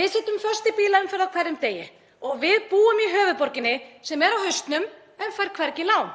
Við sitjum föst í bílaumferð á hverjum degi og við búum í höfuðborginni sem er á hausnum en fær hvergi lán.